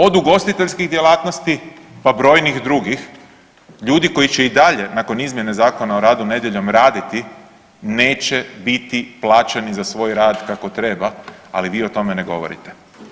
Od ugostiteljskih djelatnosti pa brojnih drugih, ljudi koji će i dalje nakon izmjene Zakona o radu nedjeljom raditi, neće biti plaćeni za svoj rad kako treba ali vi o tome ne govorite.